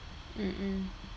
mm mm